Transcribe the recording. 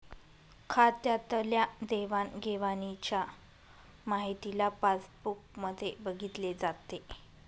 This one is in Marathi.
खात्यातल्या देवाणघेवाणच्या माहितीला पासबुक मध्ये बघितले जाते